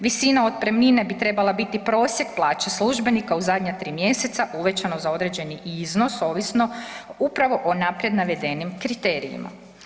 Visina otpremnine bi trebala biti prosjek plaće službenika u zadnja 3 mjeseca uvećano za određeni iznos ovisno upravo o naprijed navedenim kriterijima.